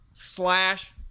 Slash